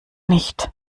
nicht